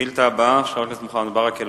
השאילתא הבאה היא של חבר הכנסת מוחמד ברכה,